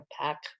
pack